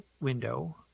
window